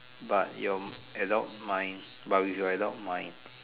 but your adult mind but with your adult mind